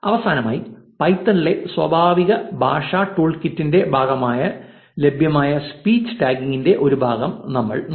അവസാനമായി പൈത്തണിലെ സ്വാഭാവിക ഭാഷാ ടൂൾകിറ്റിന്റെ ഭാഗമായി ലഭ്യമായ സ്പീച്ച് ടാഗിങ്ങിന്റെ ഒരു ഭാഗം നമ്മൾ നോക്കി